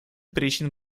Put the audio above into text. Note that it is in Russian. причин